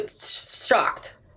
shocked